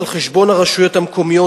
על חשבון הרשויות המקומיות,